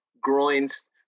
groins